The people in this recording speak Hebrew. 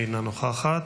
אינה נוכחת,